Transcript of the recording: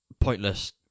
pointless